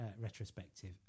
retrospective